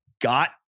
got